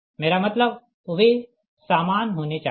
मेरा मतलब वे सामान होने चाहिए